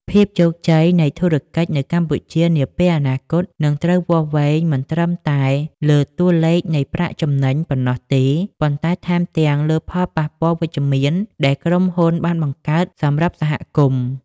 ភាពជោគជ័យនៃធុរកិច្ចនៅកម្ពុជានាពេលអនាគត នឹងត្រូវវាស់វែងមិនត្រឹមតែលើតួលេខនៃប្រាក់ចំណេញប៉ុណ្ណោះទេ ប៉ុន្តែថែមទាំងលើផលប៉ះពាល់វិជ្ជមានដែលក្រុមហ៊ុនបានបង្កើតសម្រាប់សហគមន៍។